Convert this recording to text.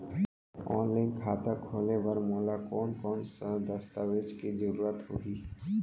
Online खाता खोले बर मोला कोन कोन स दस्तावेज के जरूरत होही?